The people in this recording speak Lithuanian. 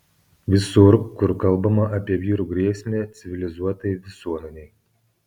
visur kur kalbama apie vyrų grėsmę civilizuotai visuomenei